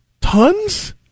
tons